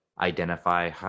identify